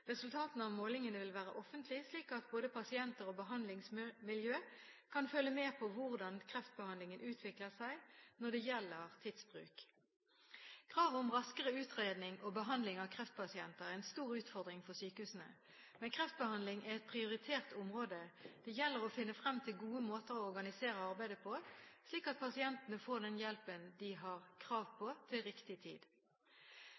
Resultatene av målingene vil være offentlig, slik at både pasienter og behandlingsmiljø kan følge med på hvordan kreftbehandlingen utvikler seg når det gjelder tidsbruk. Kravet om raskere utredning og behandling av kreftpasienter er en stor utfordring for sykehusene, men kreftbehandling er et prioritert område. Det gjelder å finne frem til gode måter å organisere arbeidet på, slik at pasientene får den hjelpen de har krav